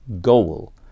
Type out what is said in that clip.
goal